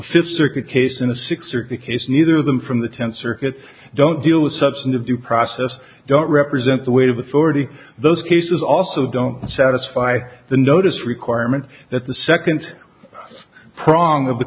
fifth circuit case in a six or case neither of them from the tenth circuit don't deal with substantive due process don't represent the weight of authority those cases also don't satisfy the notice requirement that the second pr